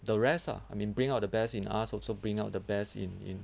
the rest ah I mean bring out the best in us also bring out the best in in